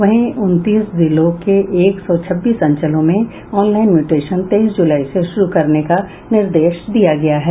वहीं उनतीस जिलों के एक सौ छब्बीस अंचलों में ऑनलाईन म्यूटेशन तेईस जुलाई से शुरू करने का निर्दश दिया गया है